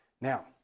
Now